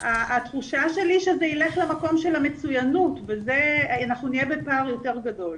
התחושה שלי שזה ילך למקום של המצוינות ואנחנו נהיה בפער יותר גדול.